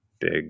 big